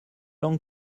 langue